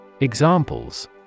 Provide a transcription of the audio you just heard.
Examples